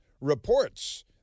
reports